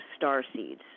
starseeds